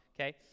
okay